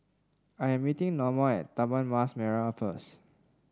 I'm meeting Norma at Taman Mas Merah first